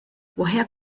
woher